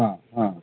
ആ ആ